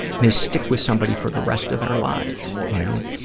may stick with somebody for the rest of their lives, you know.